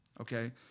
okay